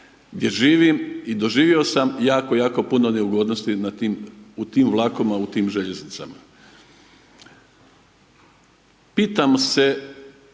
gdje živim i doživio sam jako, jako puno neugodnosti u tim vlakovima, u tim željeznicama. Pitam se